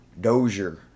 Dozier